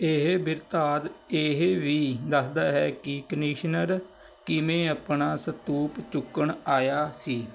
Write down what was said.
ਇਹ ਬਿਰਤਾਂਤ ਇਹ ਵੀ ਦੱਸਦਾ ਹੈ ਕਿ ਕਨੀਸ਼ਨਰ ਕਿਵੇਂ ਆਪਣਾ ਸਤੂਪ ਚੁੱਕਣ ਆਇਆ ਸੀ